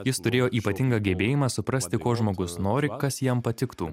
jis turėjo ypatingą gebėjimą suprasti ko žmogus nori kas jam patiktų